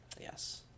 Yes